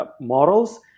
models